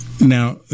Now